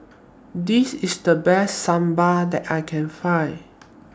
This IS The Best Sambar that I Can Find